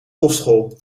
kostschool